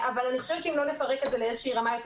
אבל אני חושבת שאם לא נפרק את זה לאיזו רמה יותר